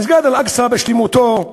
מסגד אל-אקצא, בשלמותו,